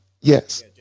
Yes